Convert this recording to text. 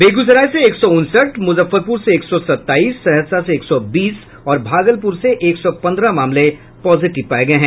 बेगूसराय से एक सौ उनसठ मुजफ्फरपुर से एक सौ सत्ताईस सहरसा से एक सौ बीस और भागलपुर से एक सौ पंद्रह मामले पॉजिटिव पाये गये हैं